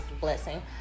blessing